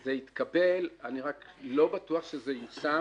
וזה התקבל אני רק לא בטוח שזה יושם